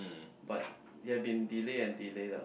but they had been delay and delay lah